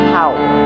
power